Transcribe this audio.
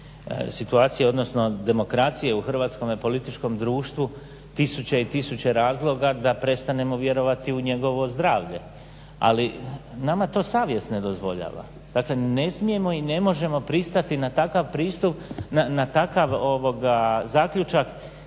situacije, odnosno demokracije u hrvatskome političkom društvu. Tisuće i tisuće razloga da prestanemo vjerovati u njegovo zdravlje, ali nama to savjest ne dozvoljava. Dakle, ne smijemo i ne možemo pristati na takav pristup,